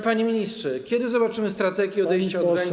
Panie ministrze, kiedy zobaczymy strategię odejścia od węgla?